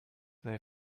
they